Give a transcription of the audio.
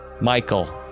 Michael